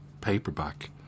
paperback